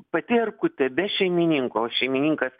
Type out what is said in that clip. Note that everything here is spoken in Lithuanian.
pati erkutė be šeimininko šeimininkas